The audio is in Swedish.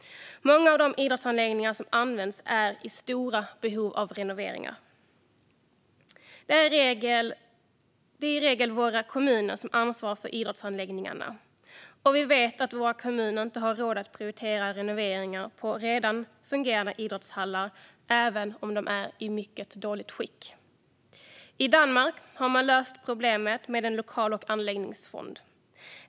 Många av de idrottsanläggningar som används är i stort behov av renovering. Det är i regel kommunerna som ansvarar för idrottsanläggningarna, och vi vet att kommunerna inte har råd att prioritera renoveringar av redan fungerande idrottshallar även om de är i mycket dåligt skick. I Danmark har man löst problemet med en lokal och anläggningsfond.